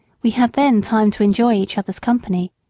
we had then time to enjoy each other's company.